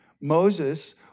Moses